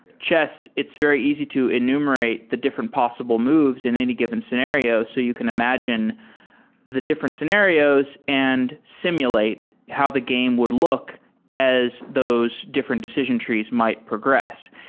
chess, it's very easy to enumerate the different possible moves in any given scenario. so you can imagine the different scenarios and simulate how the game would look as those different decision trees might progress.